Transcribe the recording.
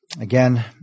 Again